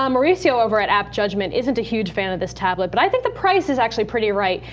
um maurico over at app judgment isn't a huge fan of this tablet but i think the price is actually pretty right.